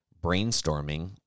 brainstorming